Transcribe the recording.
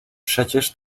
przecież